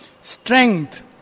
Strength